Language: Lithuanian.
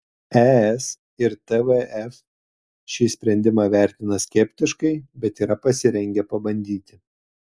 es ir tvf šį sprendimą vertina skeptiškai bet yra pasirengę pabandyti